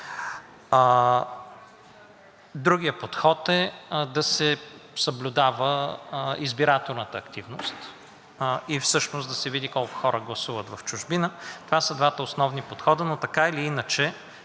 Другият подход е да се съблюдава избирателната активност и всъщност да се види колко хора гласуват в чужбина. Това са двата основни подхода, но така или иначе